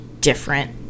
different